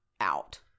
out